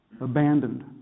Abandoned